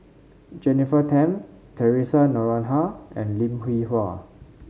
Jennifer Tham Theresa Noronha and Lim Hwee Hua